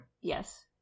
Yes